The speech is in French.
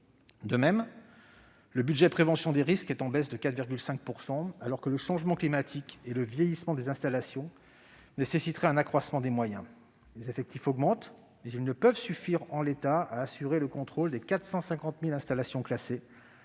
De même, le budget du programme « Prévention des risques » est en baisse de 4,5 % alors que le changement climatique et le vieillissement des installations nécessiteraient un accroissement des moyens. Les effectifs augmentent, mais ils ne peuvent suffire en l'état à assurer le contrôle des 450 000 installations classées